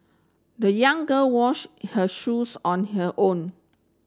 the young girl wash her shoes on her own